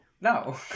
no